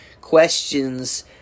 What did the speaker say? questions